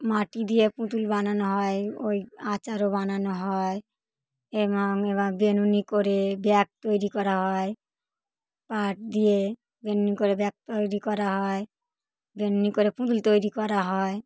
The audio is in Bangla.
মাটি দিয়ে পুতুল বানানো হয় ওই আচারও বানানো হয় এবং বিনুনি করে ব্যাগ তৈরি করা হয় পাট দিয়ে বেনুনি করে ব্যাগ তৈরি করা হয় বিনুনি করে পুতুল তৈরি করা হয়